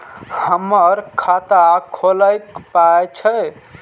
हमर खाता खौलैक पाय छै